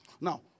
Now